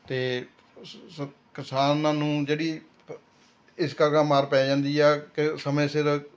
ਅਤੇ ਸ ਸ ਕਿਸਾਨਾਂ ਨੂੰ ਜਿਹੜੀ ਪ ਇਸ ਕਰਕੇ ਮਾਰ ਪੈ ਜਾਂਦੀ ਆ ਕਿ ਸਮੇਂ ਸਿਰ